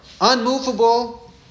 unmovable